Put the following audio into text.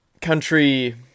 country